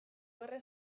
gerra